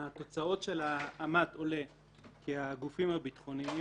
מהתוצאות של העמ"ט עולה כי הגופים הביטחוניים,